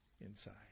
inside